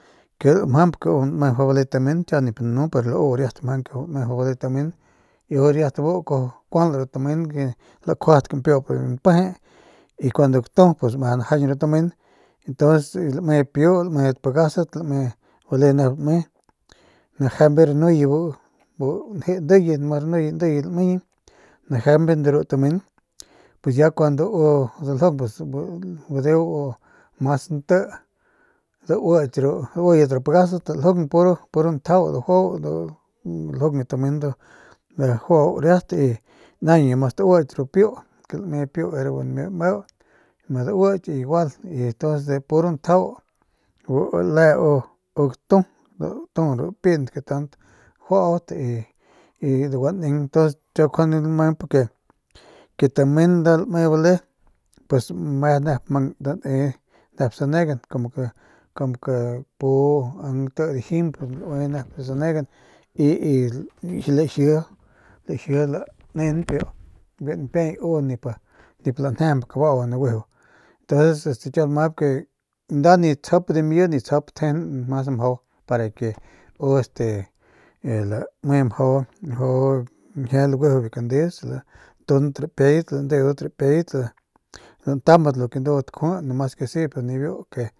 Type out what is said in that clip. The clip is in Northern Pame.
Ke mjamp ke lame mjau bale tamen kiau nip nanu pero lau riat mjang ke lame mjau bale tamen y u riat bu kuaju kual ru tamen lakjuat kampiup biu npeje y cuando gatu pus meje lajañ biu tamen y entonces lame piu lame pagasat bale nep lame najañbe ranuye bu ndiye bu nu mas ranuye bu lameyi najañbe de ru tamen y ya cuando u daljung pus bu gadeu mas nti dauki dauillit ru pagasat daljung pur ntjau dajuau daljung ru tamen dajuau riat y naañ ma stauky ru piu lame piu era bu nami meu ma dauky igual y de pur njau bu le u gatu datu ru piint ke tant juaut y daguaneng y tuns kiau njuande lamap ke tamen nda lame bale pues meje nep nda mang ne nep sanegan como ke pu imp nti dijimp laue nep sanegan y y laji laji laneng biu npiay u nip a nip lanjejemp kabau u bu naguiju ntonces kiau lamap ke nda nip tsap dimi nip tsap tjejeung mas mjau para ke u lame mjau mjau ñjie laguiju kandeus lantundat rapiayat landeudat rapiayat lantambat lo ke ndudat kjui nomas ke si nibiu.